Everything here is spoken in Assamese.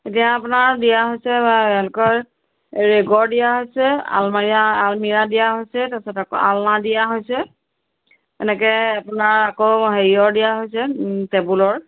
এতিয়া আপোনাৰ দিয়া হৈছে ৰেকৰ দিয়া হৈছে আলমিৰা আলমিৰা দিয়া হৈছে তাৰপিছত আকৌ আলনা দিয়া হৈছে এনেকৈ আপোনাৰ আকৌ হেৰিয়ৰ দিয়া হৈছে ওম টেবুলৰ